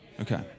Okay